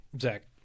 Zach